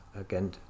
again